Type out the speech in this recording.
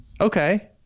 Okay